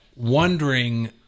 wondering